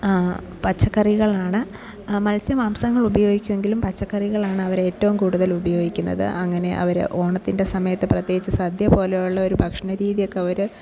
പച്ചക്കറികളാണ് മത്സ്യമാംസങ്ങൾ ഉപയോഗിക്കുമെങ്കിലും പച്ചക്കറികളാണ് അവർ ഏറ്റവും കൂടുതൽ ഉപയോഗിക്കുന്നത് അങ്ങനെ അവർ ഓണത്തിന്റെ സമയത്ത് പ്രത്യേകിച്ച് സദ്യ പോലെയുള്ള ഒരു ഭക്ഷണ രീതിയൊക്കെ അവർ